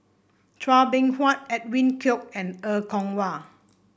Chua Beng Huat Edwin Koek and Er Kwong Wah